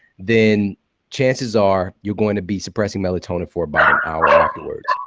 then chances are you're going to be suppressing melatonin for about an hour afterwards.